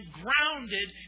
grounded